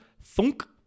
thunk